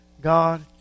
God